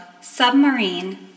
Submarine